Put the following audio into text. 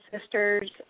sisters